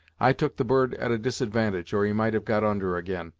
i took the bird at a disadvantage, or he might have got under, again,